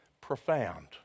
profound